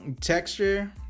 texture